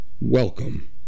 welcome